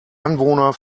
anwohner